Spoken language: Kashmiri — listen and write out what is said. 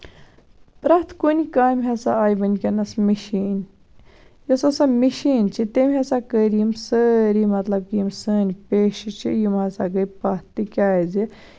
پرٮ۪تھ کُنہِ کامہِ ہسا آیہِ ؤنکینَس مِشیٖن یۄس ہسا مِشیٖن چھِ تٔمی ہسا کٔرۍ یم سٲری مطلب کہِ یِم سٲنۍ پیشہٕ چھِ یِم ہسا گے پَتھ تِکیازِ